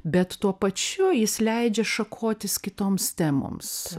bet tuo pačiu jis leidžia šakotis kitoms temoms